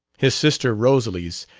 his sister rosalys,